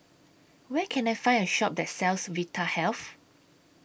Where Can I Find A Shop that sells Vitahealth